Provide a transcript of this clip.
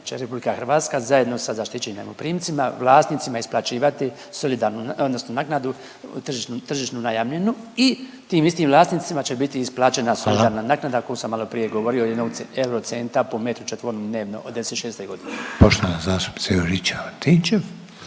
Republika Hrvatska zajedno sa zaštićenim najmoprimcima, vlasnicima isplaćivati solidarnu odnosno naknadu tržišnu najamninu i tim istim vlasnicima će biti isplaćena socijalna naknada … …/Upadica predsjednik: Hvala./… … o kojoj sam malo prije govorio od jednog euro centa po metru četvornom dnevno od 1996. godine. **Reiner,